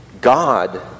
God